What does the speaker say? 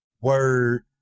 Word